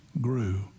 grew